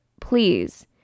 please